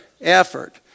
Effort